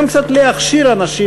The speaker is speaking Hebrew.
גם קצת להכשיר אנשים